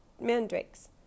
mandrakes